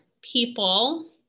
people